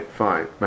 fine